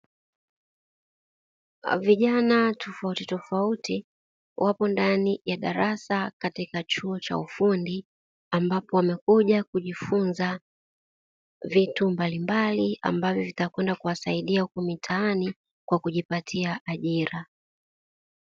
Vijana tofauti tofauti wapo ndani ya darasa katika chuo cha ufundi, ambapo wamekuja kujifunza vitu mbalimbali ambavyo vitakwenda wasaidia mitaani kwa kujipatia ajira.